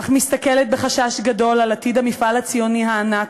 אך מסתכלת בחשש גדול על עתיד המפעל הציוני הענק,